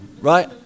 right